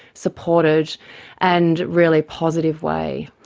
supported and really positive way.